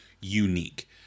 unique